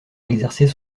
exercer